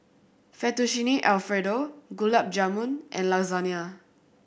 Fettuccine Alfredo Gulab Jamun and Lasagna